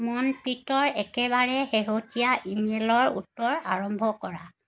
মনপ্ৰীতৰ একেবাৰে শেহতীয়া ইমেইলৰ উত্তৰ আৰম্ভ কৰা